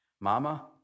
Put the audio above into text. Mama